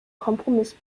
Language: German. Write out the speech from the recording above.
kompromiss